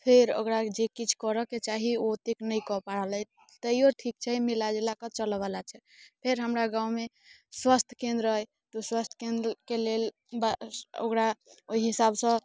फेर ओकरा जे किछु करयके चाही ओ ओतेक नहि कऽ पा रहल अइ तैयो ठीक छै मिला जुला कऽ चलयवला छै फेर हमरा गाममे स्वास्थ्य केन्द्र अइ तऽ स्वस्थ केन्द्रके लेल ब ओकरा ओहि हिसाबसँ